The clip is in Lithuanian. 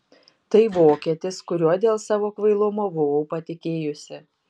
tai vokietis kuriuo dėl savo kvailumo buvau patikėjusi